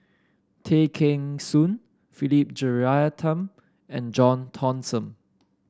Tay Kheng Soon Philip Jeyaretnam and John Thomson